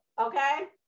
okay